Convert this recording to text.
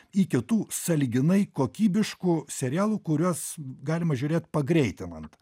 į kitų sąlyginai kokybiškų serialų kuriuos galima žiūrėt pagreitinant